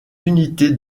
unités